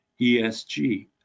ESG